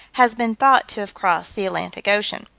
has been thought to have crossed the atlantic ocean.